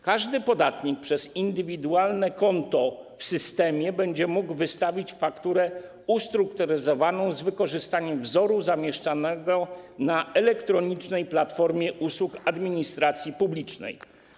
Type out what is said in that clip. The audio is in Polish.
Każdy podatnik poprzez indywidualne konto w systemie będzie mógł wystawić fakturę ustrukturyzowaną z wykorzystaniem wzoru zamieszczonego na Elektronicznej Platformie Usług Administracji Publicznej.